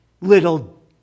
little